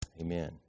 Amen